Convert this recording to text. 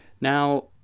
Now